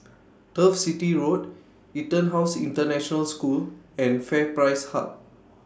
Turf City Road Etonhouse International School and FairPrice Hub